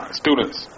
students